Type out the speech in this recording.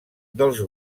dels